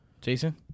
Jason